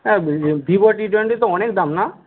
হ্যাঁ Vivo T টুয়েন্টির তো অনেক দাম না